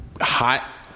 hot